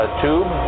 tube